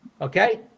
Okay